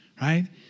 right